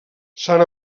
sant